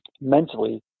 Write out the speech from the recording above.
mentally